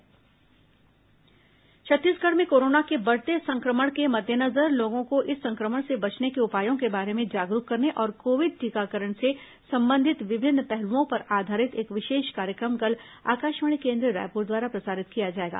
corona विशेष कार्यक्रम छत्तीसगढ़ में कोरोना के बढ़ते संक्रमण के मद्देनजर लोगों को इस संक्रमण से बचने के उपायों के बारे में जागरूक करने और कोविड टीकाकरण से संबंधित विभिन्न पहलुओं पर आधारित एक विशेष कार्यक्रम कल आकाशवाणी केन्द्र रायपुर द्वारा प्रसारित किया जाएगा